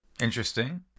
Interesting